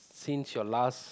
since your last